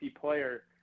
player